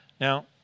Now